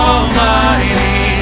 Almighty